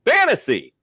Fantasy